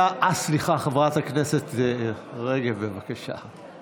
חברת הכנסת רגב, בבקשה.